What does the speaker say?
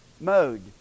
Mode